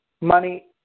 money